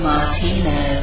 Martino